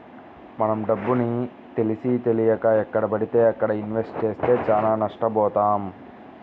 మనం డబ్బుని తెలిసీతెలియక ఎక్కడబడితే అక్కడ ఇన్వెస్ట్ చేస్తే చానా నష్టబోతాం